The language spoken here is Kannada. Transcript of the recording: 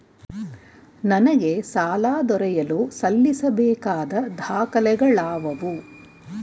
ನನಗೆ ಸಾಲ ದೊರೆಯಲು ಸಲ್ಲಿಸಬೇಕಾದ ದಾಖಲೆಗಳಾವವು?